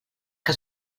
que